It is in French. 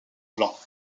blanc